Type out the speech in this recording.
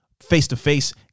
face-to-face